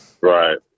Right